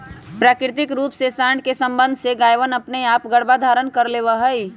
प्राकृतिक रूप से साँड के सबंध से गायवनअपने आप गर्भधारण कर लेवा हई